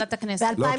הכלכלית ב-2023 --- לא,